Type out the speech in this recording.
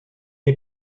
est